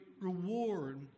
reward